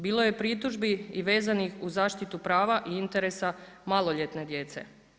Bilo je i pritužbi i vezanih uz zaštitu prava i interesa maloljetne djece.